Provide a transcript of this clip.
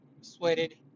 sweated